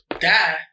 die